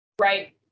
right